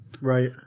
Right